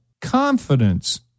Confidence